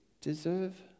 deserve